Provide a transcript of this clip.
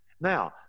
Now